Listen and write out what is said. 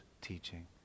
teaching